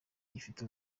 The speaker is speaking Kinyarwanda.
gifite